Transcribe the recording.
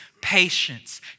patience